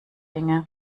dinge